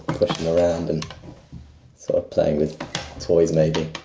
push him around and sort of playing with toys maybe